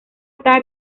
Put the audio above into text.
está